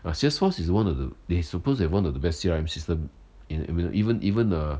ah sales force is one of the they supposed to one of the best C_R_M system in in even even the